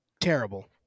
Terrible